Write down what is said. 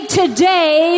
today